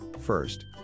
First